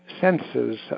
senses